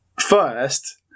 first